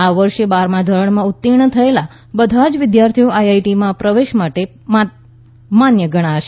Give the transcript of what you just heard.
આ વર્ષે બારમાં ધોરણમાં ઉતીર્થ થયેલા બધા જ વિદ્યાર્થીઓ આઇઆઇટીમાં પ્રવેશ માટે પાત્ર ગણાશે